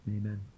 Amen